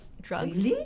drugs